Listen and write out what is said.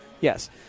Yes